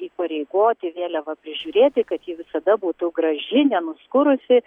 įpareigoti vėliavą prižiūrėti kad ji visada būtų graži nenuskurusi